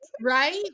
right